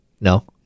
No